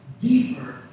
deeper